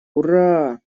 ура